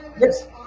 yes